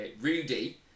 Rudy